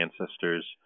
ancestors